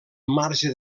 marge